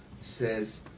says